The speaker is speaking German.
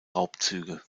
raubzüge